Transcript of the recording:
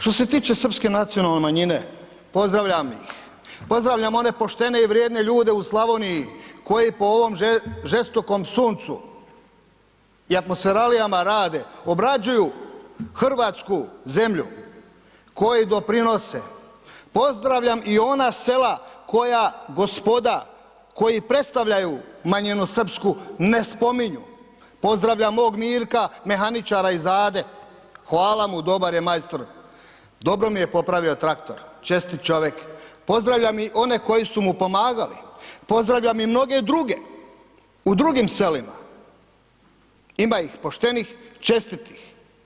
Što se tiče srpske nacionalne manjine, pozdravljam ih, pozdravljam one poštene i vrijedne ljude u Slavoniji koji po ovom žestokom suncu i atmosferalijama rade, obrađuju hrvatsku zemlju, koji doprinose, pozdravljam i ona sela koja gospoda koji predstavljaju manjinu srpsku ne spominju, pozdravljam mog Mirka, mehaničara iz Ade, hvala mu, dobar je majstor, dobro mi je popravio traktor, čestit čovjek, pozdravljam i one koji su mu pomagali, pozdravljam i mnoge druge u drugim selima, ima ih poštenih, čestitih.